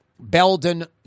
Belden